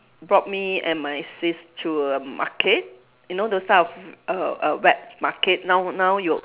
brought me and my sis to a market you know those type of err err wet market now now yo~